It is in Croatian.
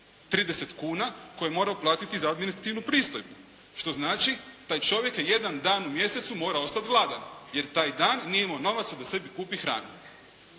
30 kuna koje je morao uplatiti za administrativnu pristojbu. Što znači taj čovjek je jedan dan u mjesecu morao ostati gladan, jer taj dan nije imao novaca da sebi kupi hranu.